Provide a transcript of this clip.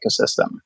ecosystem